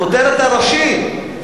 הכותרת הראשית,